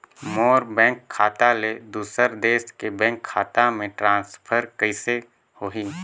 मोर bank खाता ले दुसर देश के बैंक खाता मे ट्रांसफर कइसे होही?